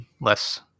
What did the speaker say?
less